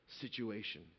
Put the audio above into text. situation